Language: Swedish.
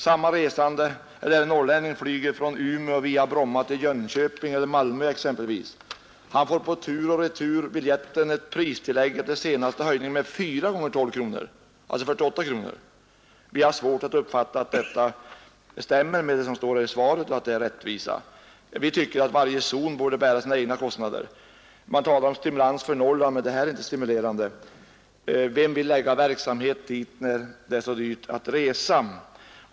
När en resande exempelvis flyger från Umeå via Bromma till Jönköping eller Malmö får han på turoch returbiljetten ett pristillägg efter senaste höjning med 4 gånger 12 kronor, alltså 48 kronor. Vi har svårt att uppfatta att detta stämmer med vad som står i svaret och att det är rättvisa. Vi tycker att varje zon borde bära sina egna kostnader. Man talar om stimulans för Norrland, men det här är inte stimulerande. Vem vill lägga verksamhet dit, när det är så dyrt att resa?